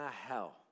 Hell